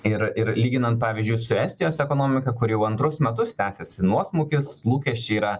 ir ir lyginant pavyzdžiui su estijos ekonomika kur jau antrus metus tęsiasi nuosmukis lūkesčiai yra